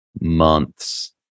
months